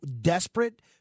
desperate